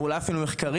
אולי אפילו מחקרים,